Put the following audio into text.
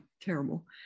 terrible